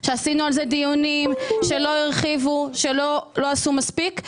עשינו על זה דיונים שלא הרחיבו ולא עשו מספיק.